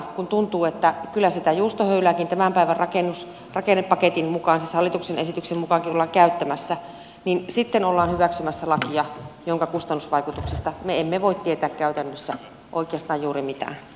kun tuntuu että kyllä sitä juustohöylääkin tämän päivän rakennepaketin mukaan siis hallituksen esityksen mukaan ollaan käyttämässä niin sitten ollaan hyväksymässä lakia jonka kustannusvaikutuksista me emme voi tietää käytännössä oikeastaan juuri mitään